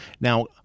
Now